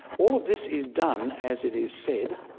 all of this is done, as it is said,